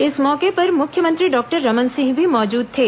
इस मौके पर मुख्यमंत्री डॉक्टर रमन सिंह भी मौजूद थे